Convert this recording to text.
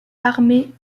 armées